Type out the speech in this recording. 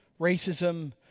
racism